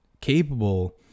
capable